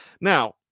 Now